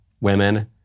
women